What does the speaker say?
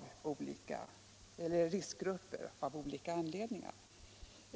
höra till något slags riskgrupp.